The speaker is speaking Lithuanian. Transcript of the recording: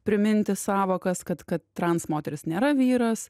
priminti sąvokas kad kad trans moteris nėra vyras